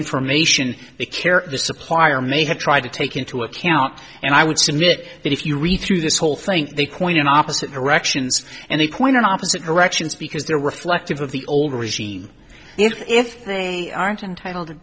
information they care the supplier may have tried to take into account and i would submit that if you read through this whole thing they point in opposite directions and they point in opposite directions because they're reflecting of the old regime if they aren't entitled to